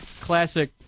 classic